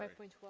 um point